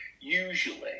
usually